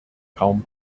kaum